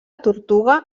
tortuga